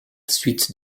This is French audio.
suite